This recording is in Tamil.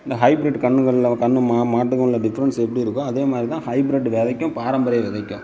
இந்த ஹைபிரிட் கன்றுங்கள்லாம் கன்று மா மாட்டுக்கும் உள்ள டிஃப்ரெண்ட்ஸ் எப்படி இருக்கோ அதே மாதிரி தான் ஹைபிரிட்டு விதைக்கும் பாரம்பரிய விதைக்கும்